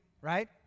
right